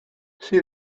see